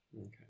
Okay